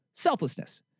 selflessness